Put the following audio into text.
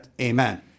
amen